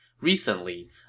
Recently